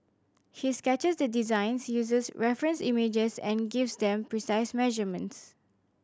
he sketches the designs uses reference images and gives them precise measurements